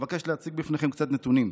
אבקש להציג בפניכם קצת נתונים: